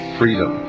freedom